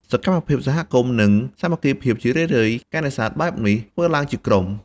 សកម្មភាពសហគមន៍ និងសាមគ្គីភាព ជារឿយៗ ការនេសាទបែបនេះធ្វើឡើងជាក្រុម។